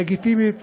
לגיטימית